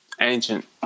ancient